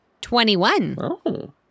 Twenty-one